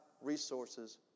resources